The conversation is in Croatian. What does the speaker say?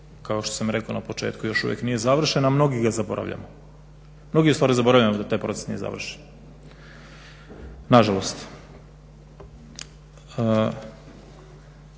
kao što sam rekao na početku još uvek nije završen a mnogi ga zaboravljamo. Mnogi u stvari zaboravljamo da taj proces nije završen, na žalost.